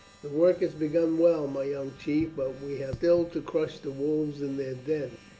the work has begun well, my young chief, but we have still to crush the wolves in their den.